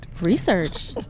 research